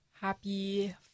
Happy